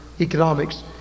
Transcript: economics